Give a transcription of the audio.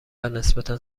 نسبتا